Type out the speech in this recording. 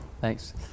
Thanks